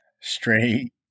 Straight